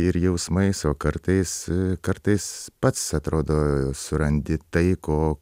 ir jausmais o kartais kartais pats atrodo surandi tai ko